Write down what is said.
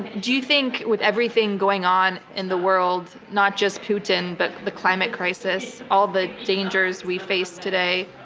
do you think, with everything going on in the world, not just putin but the climate crisis, all the dangers we face today,